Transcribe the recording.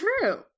true